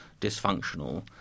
dysfunctional